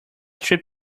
trip